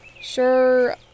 Sure